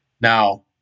Now